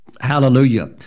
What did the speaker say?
Hallelujah